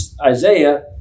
isaiah